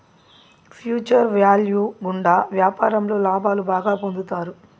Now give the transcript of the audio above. future value గుండా వ్యాపారంలో లాభాలు బాగా పొందుతారు